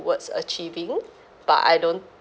towards achieving but I don't